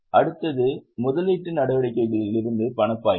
அடுத்தது முதலீட்டு நடவடிக்கைகளிலிருந்து பணப்பாய்வு